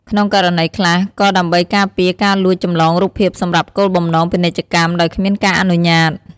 ក្នុងករណីខ្លះ ក៏ដើម្បីការពារការលួចចម្លងរូបភាពសម្រាប់គោលបំណងពាណិជ្ជកម្មដោយគ្មានការអនុញ្ញាត។